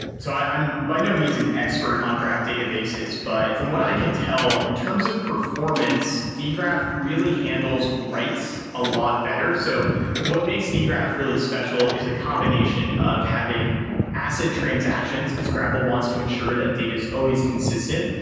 so i'm by no means an expert on graph databases, but from what i can tell, in terms of performance, dgraph really handles writes a lot better. so what makes dgraph really special is a combination of having acid transactions, because grapl wants to ensure that data is always consistent.